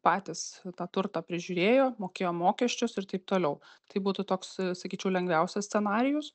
patys tą turtą prižiūrėjo mokėjo mokesčius ir taip toliau tai būtų toks sakyčiau lengviausias scenarijus